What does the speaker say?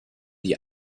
die